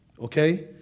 okay